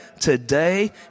today